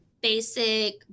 basic